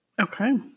Okay